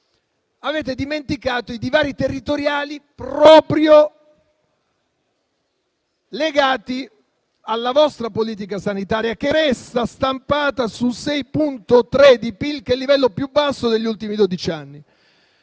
avete dimenticato i divari territoriali legati proprio alla vostra politica sanitaria, che resta bloccata sul 6,3 di PIL, che è il livello più basso degli ultimi dodici anni.